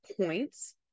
points